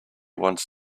wants